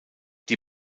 die